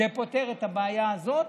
זה פותר את הבעיה הזאת,